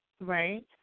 Right